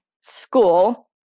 school